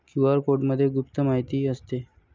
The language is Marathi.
क्यू.आर कोडमध्ये गुप्त माहिती असते